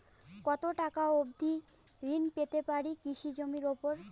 কত টাকা অবধি ঋণ পেতে পারি কৃষি জমির উপর?